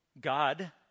God